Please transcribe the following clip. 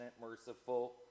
merciful